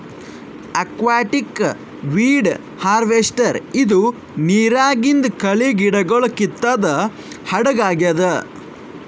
aquatic weed harvester ಇದು ನಿರಾಗಿಂದ್ ಕಳಿ ಗಿಡಗೊಳ್ ಕಿತ್ತದ್ ಹಡಗ್ ಆಗ್ಯಾದ್